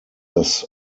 dass